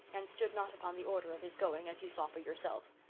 and stood not upon the order of his going, as you saw for yourself.